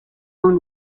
own